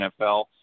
NFL